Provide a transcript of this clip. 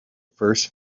first